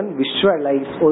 visualize